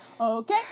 okay